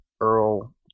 Earl